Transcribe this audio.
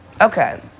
Okay